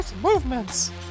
movements